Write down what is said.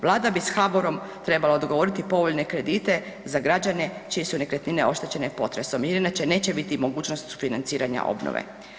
Vlada bi s HBOR-om trebala dogovoriti povoljne kredite za građane čije su nekretnine oštećene potresom ili inače neće biti mogućnosti financiranja obnove.